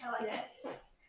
Yes